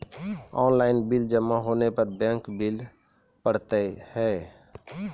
Online bill जमा होने पर बैंक बिल पड़तैत हैं?